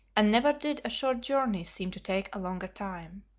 and never did a short journey seem to take a longer time.